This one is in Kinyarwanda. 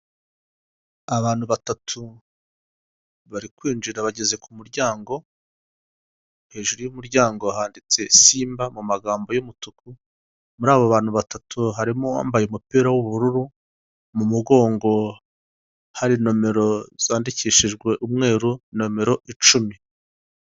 Abantu batatu bari kwinjira bageze ku muryango hejuru y'umuryango handitse simba mu magambo y'umutuku. Muri abo bantu batatu harimo uwambaye umupira w'ubururu mu mugongo hari nomero zandikishijwe umweru nomero icumi.